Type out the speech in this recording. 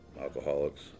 alcoholics